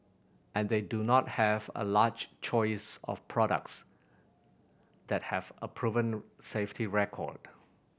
and they do not have a large choice of products that have a proven safety record